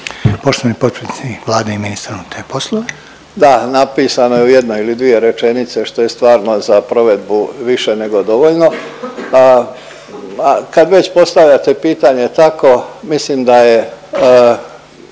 poslova. **Božinović, Davor (HDZ)** Da napisano je u jednoj ili dvije rečenice što je stvarno za provedbu više nego dovoljno, a kad već postavljate pitanje tako mislim da je